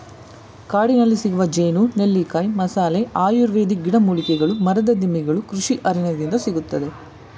ಕಾಡಿನಲ್ಲಿಸಿಗುವ ಜೇನು, ನೆಲ್ಲಿಕಾಯಿ, ಮಸಾಲೆ, ಆಯುರ್ವೇದಿಕ್ ಗಿಡಮೂಲಿಕೆಗಳು ಮರದ ದಿಮ್ಮಿಗಳು ಕೃಷಿ ಅರಣ್ಯದಿಂದ ಸಿಗುತ್ತದೆ